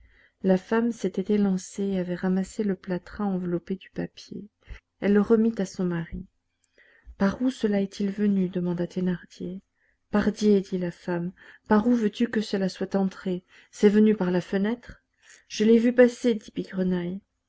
la femme s'était élancée et avait ramassé le plâtras enveloppé du papier elle le remit à son mari par où cela est-il venu demanda thénardier pardié fit la femme par où veux-tu que cela soit entré c'est venu par la fenêtre je l'ai vu passer dit bigrenaille